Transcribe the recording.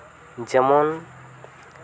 ᱡᱮᱢᱚᱱ